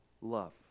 love